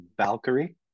Valkyrie